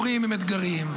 יש הורים עם אתגרים,